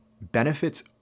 benefits